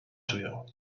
czuję